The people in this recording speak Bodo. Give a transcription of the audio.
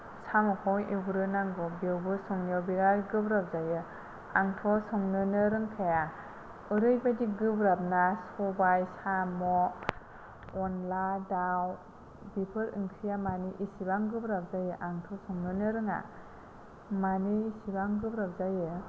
साम'खौ एवग्रोनांगौ बेयावबो संनायाव बिराद गोब्राब जायो आंथ' संनोनो रोंखाया ओरैबायदि गोब्राब ना सबाय साम' अनला दाउ बेफोर ओंख्रिया माने इसेबां गोब्राब जायो आंथ' संनोनो रोङा मानो इसेबां गोब्राब जायो